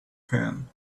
pin